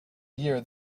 year